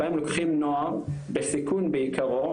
אלו סדנאות שבהם לוקחים נוער בסיכון בעיקרו,